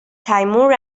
timur